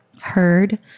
heard